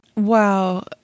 Wow